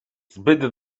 zbyt